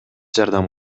жардам